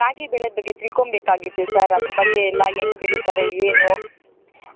ರಾಗಿ ಬೆಳೆ ಬಗ್ಗೆ ತಿಳ್ಕೋಬೇಕಾಗಿತ್ತು ಸರ್ ಅದ್ರ ಬಗ್ಗೆ ಎಲ್ಲ ಹೆಂಗ್ ಬೆಳೀತಾರೆ ಏನು